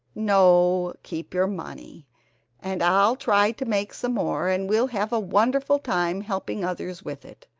no, keep your money and i'll try to make some more and we'll have a wonderful time helping others with it.